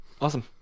Awesome